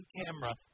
camera